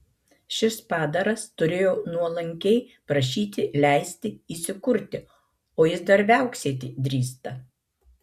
šis padaras turėjo nuolankiai prašyti leisti įsikurti o jis dar viauksėti drįsta